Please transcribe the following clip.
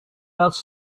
else